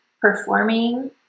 performing